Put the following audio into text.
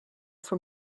from